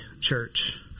church